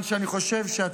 סליחה.